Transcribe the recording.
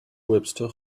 webster